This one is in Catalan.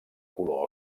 color